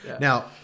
Now